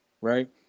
right